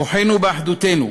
כוחנו באחדותנו.